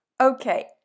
okay